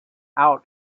out